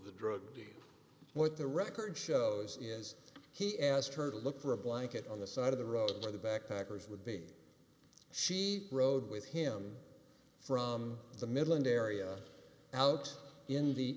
the drug what the record shows is he asked her to look for a blanket on the side of the road where the backpackers would be she rode with him from the middle and area out in the